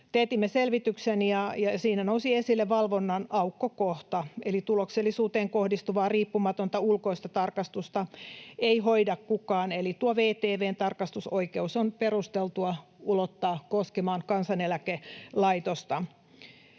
Teetimme selvityksen, ja siinä nousi esille valvonnan aukkokohta, eli tuloksellisuuteen kohdistuvaa riippumatonta ulkoista tarkastusta ei hoida kukaan. Eli VTV:n tarkastusoikeus on perusteltua ulottaa koskemaan kansaneläkelaitosta.